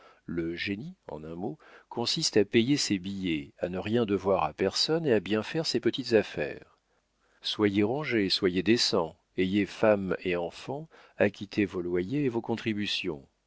le génie en un mot consiste à payer ses billets à ne rien devoir à personne et à bien faire ses petites affaires soyez rangé soyez décent ayez femme et enfant acquittez vos loyers et vos contributions